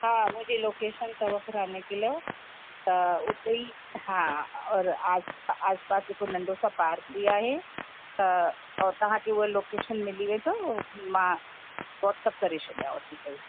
हा मुंहिंजी लोकेशन अथव पुराणो किलो त उते ई हा और आस आस पास जेको नंढो सो पार्क बि आहे त और तव्हांखे लोकेशन मिली वेंदव मां वाट्सअप करे छॾियांव थी पयी